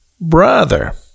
brother